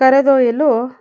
ಕರೆದೊಯ್ಯಲು